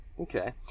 Okay